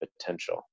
potential